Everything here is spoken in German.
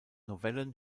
novellen